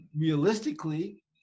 Realistically